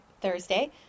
Thursday